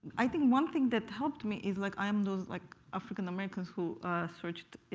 i think one thing that helped me is like i'm those, like, african-americans who searched